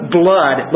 blood